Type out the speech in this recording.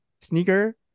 sneaker